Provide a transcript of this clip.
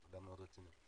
אדם מאוד רציני.